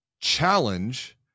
challenge